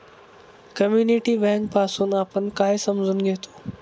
Community bank पासुन आपण काय समजून घेतो?